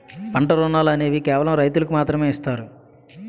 పంట రుణాలు అనేవి కేవలం రైతులకు మాత్రమే ఇస్తారు